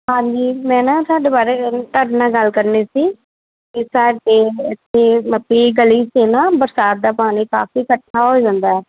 ਹਾਂਜੀ ਮੈਂ ਨਾ ਤੁਹਾਡੇ ਬਾਰੇ ਤੁਹਾਡੇ ਨਾਲ ਗੱਲ ਕਰਨੀ ਸੀ ਇਸ ਗਲੀ 'ਚ ਨਾ ਬਰਸਾਤ ਦਾ ਪਾਣੀ ਕਾਫੀ ਇਕੱਠਾ ਹੋ ਜਾਂਦਾ